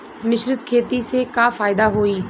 मिश्रित खेती से का फायदा होई?